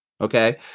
okay